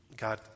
God